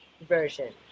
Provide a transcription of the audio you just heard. version